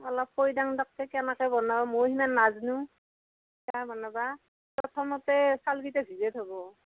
অলপ কৈ দেও দেকচোন কেনাকে বনাৱেই ময়ো সিমান নাজনু পিঠা বনাবা প্ৰথমতে চাউলগিটা ভিজেই থব